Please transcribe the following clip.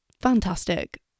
Fantastic